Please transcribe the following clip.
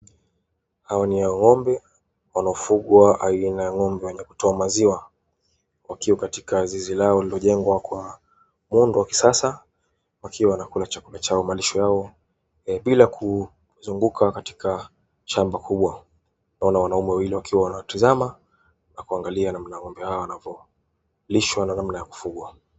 Hao ni ng'ombe wanaofugwa, aina ya ng'ombe wenye kutoa maziwa, wakiwa katika zizi lao lililojengwa kwa muundo wa kisasa, wakiwa wanakula chakula chao, malisho yao, bila kuzunguka katika shamba kubwa. Naona wanaume wawili wakiwa wanatazama na kuangalia naona ng'ombe hawa wanavyolishwa na namna ya kufugwa.